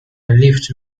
لیفت